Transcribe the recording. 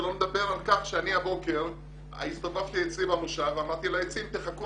שלא לדבר על כך שאני הבוקר הסתובבתי אצלי במושב ואמרתי לעצים שיחכו